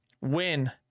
win